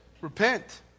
Repent